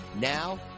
Now